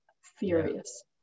furious